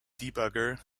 debugger